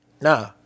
Nah